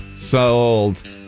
Sold